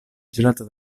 girata